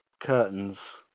curtains